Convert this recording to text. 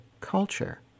culture